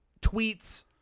tweets